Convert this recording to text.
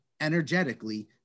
energetically